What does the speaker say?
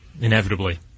inevitably